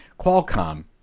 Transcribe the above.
Qualcomm